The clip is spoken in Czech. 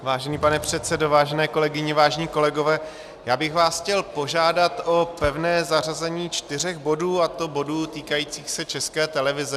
Vážený pane předsedo, vážené kolegyně, vážení kolegové, já bych vás chtěl požádat o pevné zařazení čtyř bodů, a to bodů týkajících se České televize.